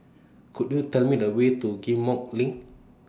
Could YOU Tell Me The Way to Ghim Moh LINK